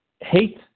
hate